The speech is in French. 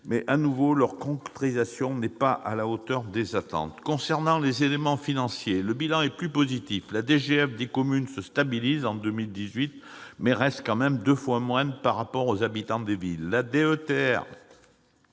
bon sens, mais leur concrétisation n'est pas à la hauteur des attentes. Concernant les éléments financiers, le bilan est plus positif : la DGF des communes se stabilise en 2018, mais reste deux fois moindre par habitant que pour les villes. La DETR